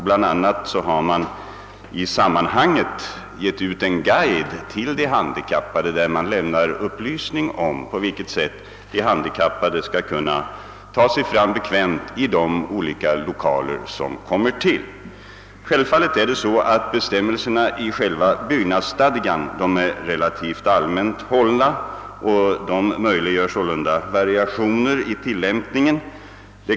Bl.a. har man gett ut en guide för de handikappade, i vilken man lämnar upplysning om på vilket sätt de skall kunna ta sig fram bekvämt i olika lokaler. Självfallet är bestämmelserna i själva byggnadsstadgan relativt allmänt hållna. De möjliggör således variationer i tillämpningen.